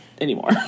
anymore